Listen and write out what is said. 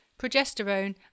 progesterone